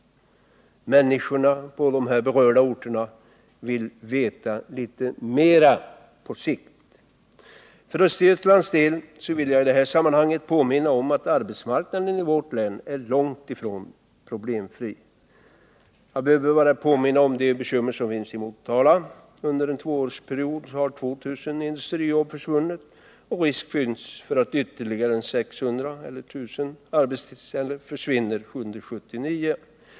Människor på berörda orter vill veta litet mera på sikt. För Östergötlands del vill jag i detta sammanhang påminna om att arbetsmarknaden i vårt län är långt ifrån problemfri. Jag behöver bara påminna om de bekymmer som finns i Motala. Under en tvåårsperiod har 2000 industrijobb försvunnit, och risk finns för att ytterligare 600-1 000 arbetstillfällen försvinner 1979.